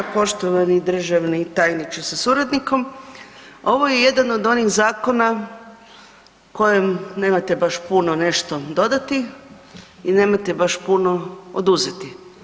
Poštovani državni tajniče sa suradnikom, ovo je jedan od onih zakona kojem nemate baš puno nešto dodati i nemate baš puno oduzeti.